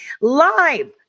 live